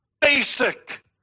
basic